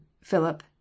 Philip